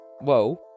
whoa